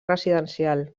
residencial